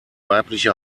weibliche